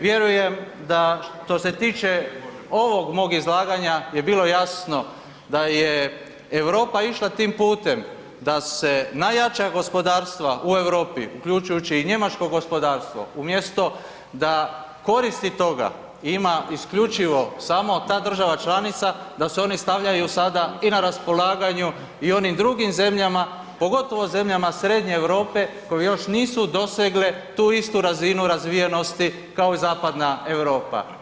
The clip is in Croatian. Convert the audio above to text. Vjerujem da što se tiče ovog mog izlaganja je bilo jasno da je Europa išla tim putem da se najjača gospodarstva u Europi uključujući i njemačko gospodarstvo umjesto da koristi toga ima isključivo samo ta država članica, da se oni stavljaju sada i na raspolaganju i onim drugim zemljama, pogotovo zemljama Srednje Europe koje još nisu dosegle tu istu razinu razvijenosti kao i Zapadna Europa.